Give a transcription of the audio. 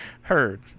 Heard